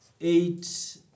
eight